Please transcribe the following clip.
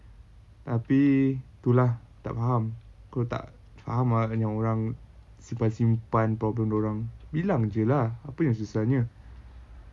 tapi tu lah tak faham aku tak faham ah dengan orang simpan-simpan problem dia orang bilang jer lah apa yang susahnya